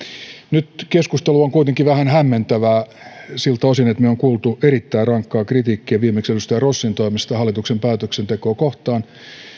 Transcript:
nyt keskustelu on kuitenkin vähän hämmentävää siltä osin että me olemme kuulleet erittäin rankkaa kritiikkiä viimeksi edustaja rossin toimesta hallituksen päätöksentekoa kohtaan